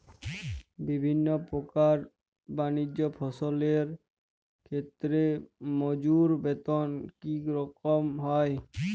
বিভিন্ন প্রকার বানিজ্য ফসলের ক্ষেত্রে মজুর বেতন কী রকম হয়?